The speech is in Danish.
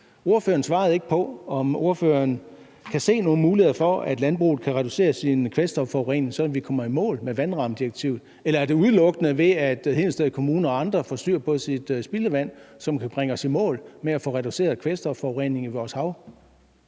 Ordføreren svarede ikke på, om ordføreren kan se nogle muligheder for, at landbruget kan reducere sin kvælstofforurening, sådan at vi kommer i mål med vandrammedirektivet, eller om det udelukkende er det, at Hedensted Kommune og andre får styr på deres spildevand, som kan bringe os i mål med at få reduceret kvælstofforureningen i vores hav.